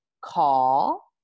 call